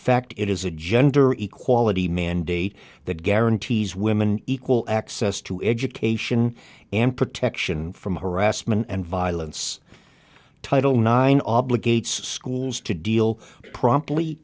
fact it is a gender equality mandate that guarantees women equal access to education and protection from harassment and violence title nine obligates schools to deal promptly